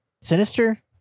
Sinister